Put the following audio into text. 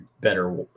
better